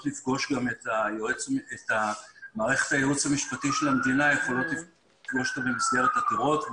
לפגוש גם את מערכת הייעוץ המשפטי של המדינה במסגרות אחרות,